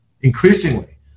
increasingly